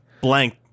blank